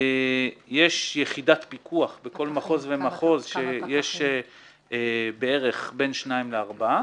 יש יחידת פיקוח בכל מחוז ומחוז שיש בערך בין שניים לארבעה,